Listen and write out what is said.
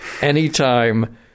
anytime